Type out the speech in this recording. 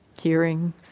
hearing